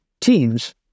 teams